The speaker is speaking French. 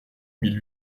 mille